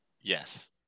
yes